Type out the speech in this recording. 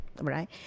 right